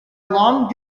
long